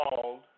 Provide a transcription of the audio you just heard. called